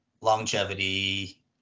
longevity